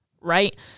right